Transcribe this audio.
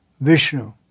Vishnu